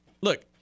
Look